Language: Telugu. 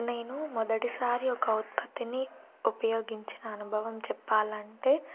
నేను మొదటిసారి ఒక ఉత్పత్తిని ఉపయోగించిన అనుభవం చెప్పాలంటే